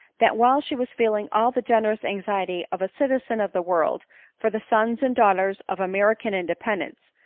that while she was feeling all the generous anxiety of a citizen of the world for the sons and daughters of american independence,